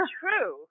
true